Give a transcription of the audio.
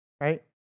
right